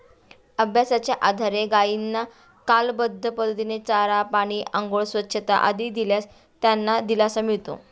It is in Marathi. अभ्यासाच्या आधारे गायींना कालबद्ध पद्धतीने चारा, पाणी, आंघोळ, स्वच्छता आदी दिल्यास त्यांना दिलासा मिळतो